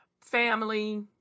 family